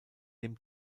dem